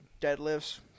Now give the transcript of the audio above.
deadlifts